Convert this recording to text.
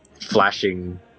flashing